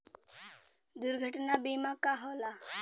दुर्घटना बीमा का होला?